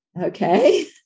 Okay